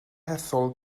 hethol